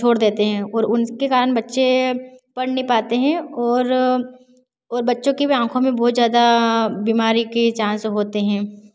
छोड़ देते हैं और उनके कारण बच्चे पढ़ नहीं पाते हैं और और बच्चों के भी आँखों में बहुत ज्यादा बीमारी के चांस होते हैं